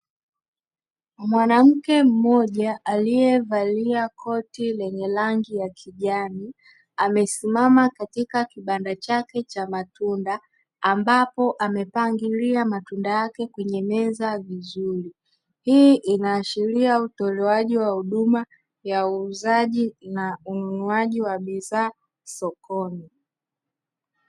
Mwanamke mmoja aliyevalia koti lenye rangi ya kijani amesimama katika kibanda chake cha matunda ambapo amepangilia matunda yake kwenye meza vizuri, hii inaashiria utolewaji wa huduma ya uuzaji na ununuliwaji wa bidhaa sokoni.